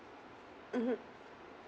mmhmm